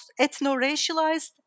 ethno-racialized